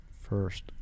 first